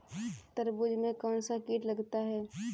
तरबूज में कौनसा कीट लगता है?